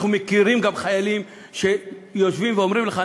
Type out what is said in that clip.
אנחנו מכירים גם חיילים שיושבים ואומרים לך: